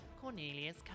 Cornelius